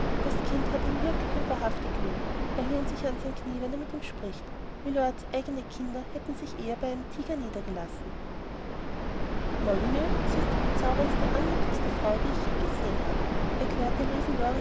das kind hat ihn ja wirklich und wahrhaftig lieb er lehnt sich an sein knie wenn er mit ihm spricht mylords eigne kinder hätten sich eher bei einem tiger niedergelassen molyneux sie ist die bezauberndste anmutigste frau die ich je gesehen habe erklärte